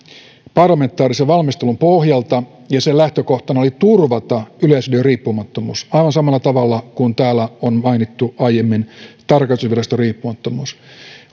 parlamentaarisen valmistelun pohjalta ja sen lähtökohtana oli turvata yleisradion riippumattomuus aivan samalla tavalla kuin täällä on mainittu aiemmin tarkastusviraston riippumattomuus